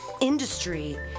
industry